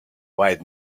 white